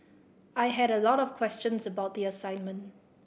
I had a lot of questions about the assignment